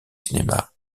cinéma